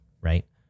right